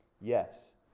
yes